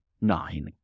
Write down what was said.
nine